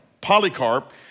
Polycarp